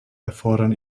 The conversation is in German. erfordern